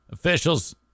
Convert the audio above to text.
Officials